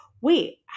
wait